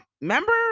remember